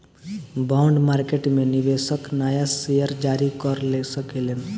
bond market में निवेशक नाया शेयर जारी कर सकेलन